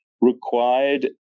required